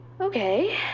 Okay